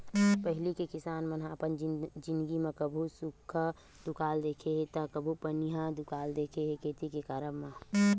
पहिली के किसान मन ह अपन जिनगी म कभू सुक्खा दुकाल देखे हे ता कभू पनिहा दुकाल देखे हे खेती के करब म